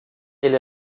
ele